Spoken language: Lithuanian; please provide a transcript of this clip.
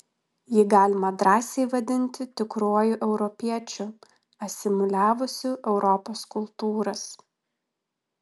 jį galima drąsiai vadinti tikruoju europiečiu asimiliavusiu europos kultūras